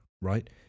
right